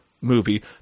movie